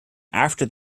after